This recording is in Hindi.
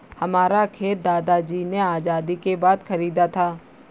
हमारा खेत दादाजी ने आजादी के बाद खरीदा था